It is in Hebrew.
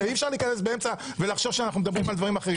להיכנס באמצע ולחשוב שאנחנו מדברים על דברים אחרים.